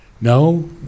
No